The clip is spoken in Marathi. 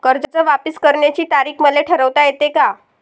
कर्ज वापिस करण्याची तारीख मले ठरवता येते का?